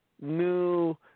new